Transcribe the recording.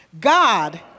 God